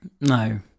No